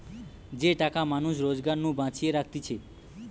যে টাকা মানুষ রোজগার নু বাঁচিয়ে রাখতিছে